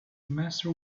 master